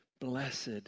blessed